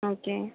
okay